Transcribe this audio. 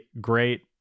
great